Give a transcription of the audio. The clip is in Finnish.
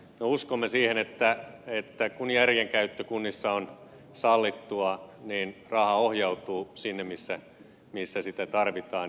me uskomme siihen että kun järjen käyttö kunnissa on sallittua niin raha ohjautuu sinne missä sitä tarvitaan